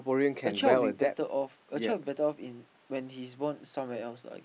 a child will be better off a child better off in when he's born in somewhere else